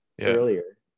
earlier